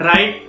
Right